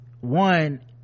one